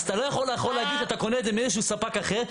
אז אתה לא יכול להגיד שאתה קונה את זה מאיזשהו ספק אחר,